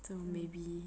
mm